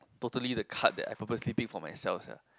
totally the card that I purposely pick for myself sia